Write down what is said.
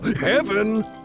heaven